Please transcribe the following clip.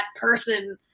person